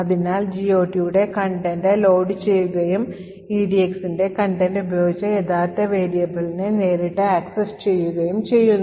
അതിനാൽ GOTയുടെ content ലോഡുചെയ്യുകയും EDXന്റെ content ഉപയോഗിച്ച് യഥാർത്ഥ വേരിയബിളിനെ നേരിട്ട് ആക്സസ് ചെയ്യുകയും ചെയ്യുന്നു